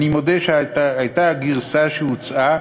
אני מודה שהייתה הגרסה שהוצעה,